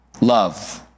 love